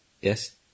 Yes